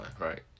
right